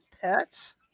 pets